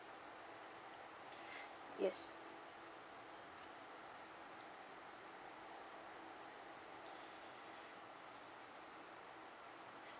yes